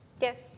Yes